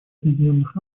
объединенных